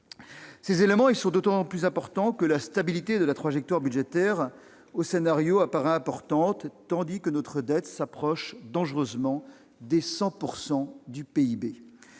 Ces éléments sont d'autant plus importants que la sensibilité de la trajectoire budgétaire au scénario paraît importante, tandis que notre dette se rapproche dangereusement du seuil de 100 % du PIB.